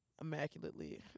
immaculately